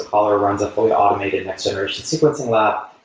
color runs a fully automated next generation sequencing lab.